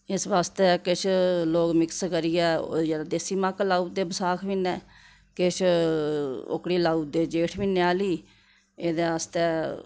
इस बास्तै किश लोग मिक्स करियै ओह् जेह्ड़ी देसी मक्क ला उड़दे बसाख म्हीनै किश ओह्कड़ी लाई उड़दे जेठ म्हीने आह्ली एह्दे आस्तै